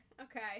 okay